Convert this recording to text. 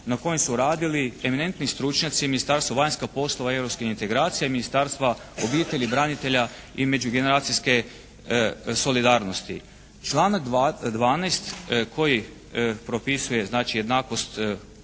na kojem su radili eminentni stručnjaci Ministarstvo vanjskih poslova i europskih integracija i Ministarstva obitelji, branitelja i međugeneracijske solidarnosti. Članak 12. koji propisuje znači jednakost